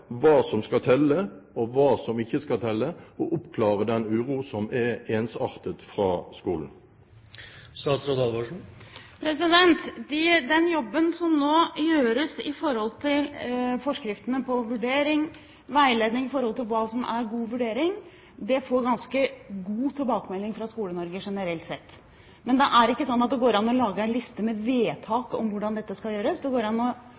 hva som skal telle, og hva som ikke skal telle, og oppklare den uroen som er ensartet fra skolen? Den jobben som nå gjøres med forskriftene for vurdering, veiledning i hva som er god vurdering, får ganske god tilbakemelding fra Skole-Norge generelt sett. Men det er ikke sånn at det går an å lage en liste med vedtak om hvordan dette skal gjøres. Det går an å